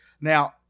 Now